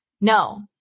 No